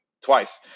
twice